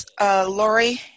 Lori